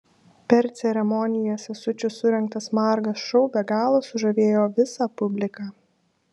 per ceremoniją sesučių surengtas margas šou be galo sužavėjo visą publiką